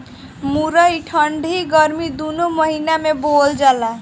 मुरई ठंडी अउरी गरमी दूनो महिना में बोअल जाला